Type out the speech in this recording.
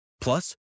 Plus